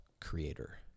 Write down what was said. creator